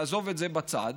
נעזוב את זה בצד.